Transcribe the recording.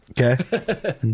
Okay